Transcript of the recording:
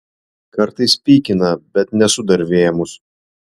kartais pykina bet nesu dar vėmus